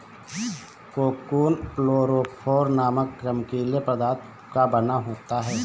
cocoon fluorophore नामक चमकीले पदार्थ का बना होता है